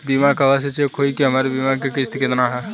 बीमा कहवा से चेक होयी की हमार बीमा के किस्त केतना ह?